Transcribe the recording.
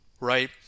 right